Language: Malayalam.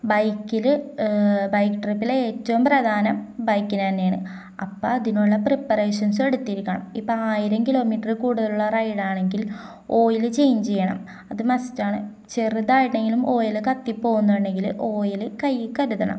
ബൈക്കില് ബൈക്ക് ട്രിപ്പിലെ ഏറ്റവും പ്രധാനം ബൈക്കിനുതന്നെയാണ് അപ്പോള് അതിനുള്ള പ്രിപ്പറേഷൻസും എടുത്തിരിക്കണം ഇപ്പോള് ആയിരം കിലോ മീറ്ററില്ക്കൂടുതലുള്ള റൈഡാണെങ്കിൽ ഓയില് ചേഞ്ച് ചെയ്യണം അത് മസ്റ്റാണ് ചെറുതായിട്ടെങ്കിലും ഓയില് കത്തി പോകുന്നുണ്ടെങ്കില് ഓയില് കയ്യില് കരുതണം